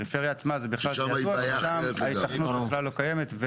ששם ההיתכנות בכלל לא קיימת.